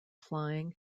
flying